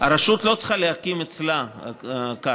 הרשות לא צריכה להקצות אצלה קרקע.